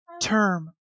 term